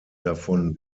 davon